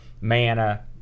mana